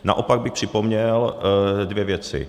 Naopak bych připomněl dvě věci.